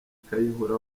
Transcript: kayihura